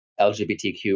LGBTQ